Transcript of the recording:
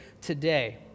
today